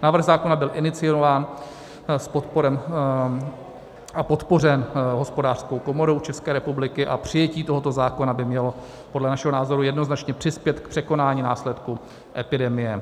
Návrh zákona byl iniciován a podpořen Hospodářskou komorou České republiky a přijetí tohoto zákona by mělo podle našeho názoru jednoznačně přispět k překonání následků epidemie.